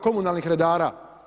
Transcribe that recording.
Komunalnih redara.